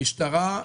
משטרה,